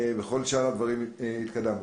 בכל שאר הדברים התקדמנו.